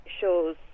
shows